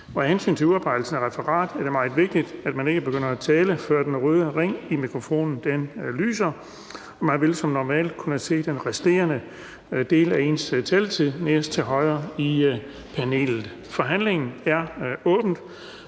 Og af hensyn til udarbejdelsen af referatet er det meget vigtigt, at man ikke begynder at tale, før den røde ring på mikrofonen lyser, og man vil som normalt kunne se den resterende del af ens taletid nederst til højre på panelet. Forhandlingen er åbnet,